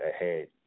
ahead